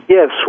Yes